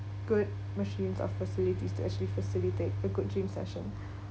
good machines of facilities to actually facilitate a good gym session